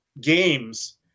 games